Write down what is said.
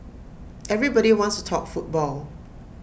everybody wants to talk football